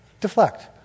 Deflect